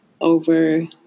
over